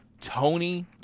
Tony